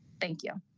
thank you.